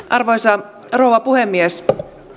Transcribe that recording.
arvoisa rouva puhemies